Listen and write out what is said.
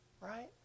right